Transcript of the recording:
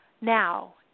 now